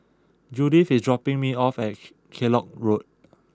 Judith is dropping me off at Kellock Road